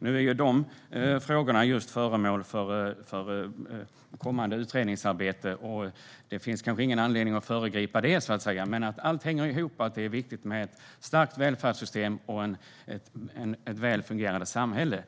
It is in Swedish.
Nu är ju skattefrågorna föremål för kommande utredningsarbete, och det finns kanske ingen anledning att föregripa det. Men att allting hänger ihop, att det är viktigt med ett starkt välfärdssystem och ett väl fungerande samhälle,